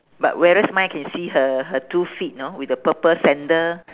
but whereas mine can see her her two feet know with the purple sandal